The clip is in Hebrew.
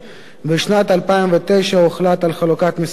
בשנת 2009 הוחלט על חלוקת משרד המדע,